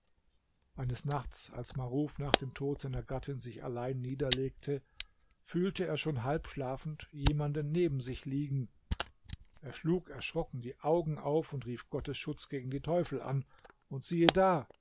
eines nachts als maruf nach dem tod seiner gattin sich allein niederlegte fühlte er schon halb schlafend jemanden neben sich liegen er schlug erschrocken die augen auf und rief gottes schutz gegen die teufel an und siehe da